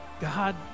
God